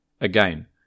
Again